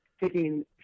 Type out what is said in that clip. taking